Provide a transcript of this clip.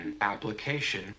application